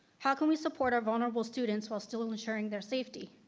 how can we support our vulnerable students while still ensuring their safety?